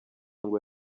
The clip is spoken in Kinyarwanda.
ngo